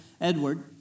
Edward